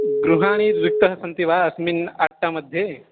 गृहाणि रिक्तः सन्ति वा अस्मिन् अट्टा मध्ये